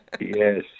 yes